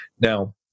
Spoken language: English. Now